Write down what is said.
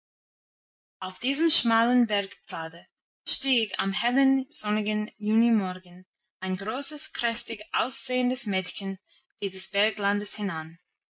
auf diesem schmalen bergpfade stieg am hellen sonnigen junimorgen ein großes kräftig aussehendes mädchen dieses berglandes hinan